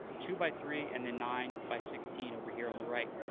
two by three and then nine by sixteen over here on the right.